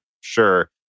sure